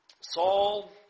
Saul